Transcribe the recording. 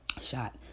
shot